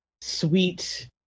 sweet